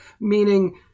meaning